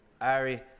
Ari